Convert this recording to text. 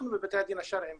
אנחנו בבתי הדין השרעיים